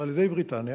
על-ידי בריטניה,